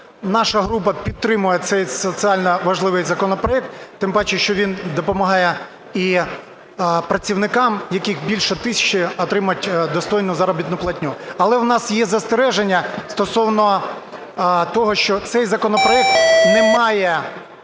наша група підтримує цей соціально важливий законопроект, тим паче, що він допомагає і працівникам, яких більше тисячі, отримати достойну заробітну платню. Але в нас є застереження стосовно того, що цей законопроект не має